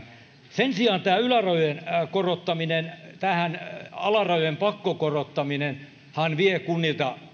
sen sijaan ylärajojen korottaminen alarajojen pakkokorottaminenhan vie kunnilta